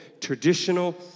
traditional